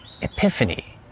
epiphany